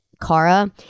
Kara